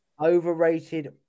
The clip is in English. Overrated